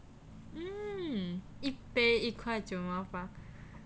mm 一杯一块九毛八